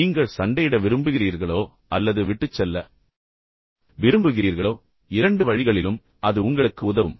எனவே நீங்கள் சண்டையிட விரும்புகிறீர்களோ அல்லது பறக்க விரும்புகிறீர்களோ இரண்டு வழிகளிலும் அது உங்களுக்கு உதவும்